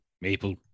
maple